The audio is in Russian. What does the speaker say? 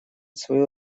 свою